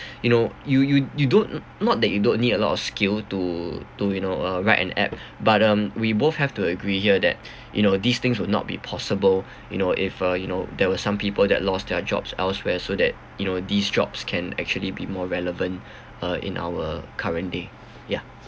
you know you you you don't not that you don't need a lot of skill to to you know uh write an app but um we both have to agree here that you know these things would not be possible you know if uh you know there were some people that lost their jobs elsewhere so that you know these jobs can actually be more relevant uh in our current day ya